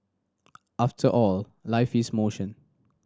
after all life is motion